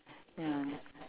ya